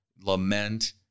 lament